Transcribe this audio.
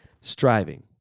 striving